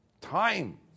time